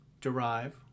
derive